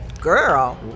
girl